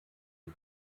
die